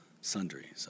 Sundry